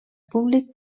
públic